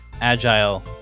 agile